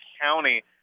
County